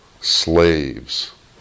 slaves